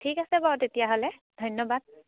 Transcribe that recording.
ঠিক আছে বাৰু তেতিয়াহ'লে ধন্যবাদ